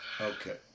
Okay